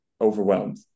overwhelmed